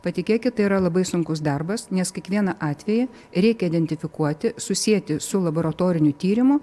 patikėkit tai yra labai sunkus darbas nes kiekvieną atvejį reikia identifikuoti susieti su laboratoriniu tyrimu